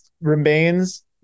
remains